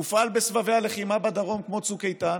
הופעל בסבבי הלחימה בדרום כמו צוק איתן,